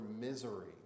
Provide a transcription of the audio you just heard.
misery